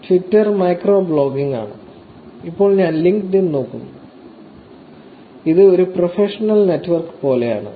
Twitter micro blogging ആണ് ഇപ്പോൾ ഞങ്ങൾ ലിങ്ക്ഡ്ഇൻ നോക്കുന്നു ഇത് ഒരു പ്രൊഫഷണൽ നെറ്റ്വർക്ക് പോലെയാണ്